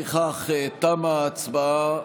לפיכך, תמה ההצבעה.